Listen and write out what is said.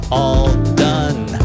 all-done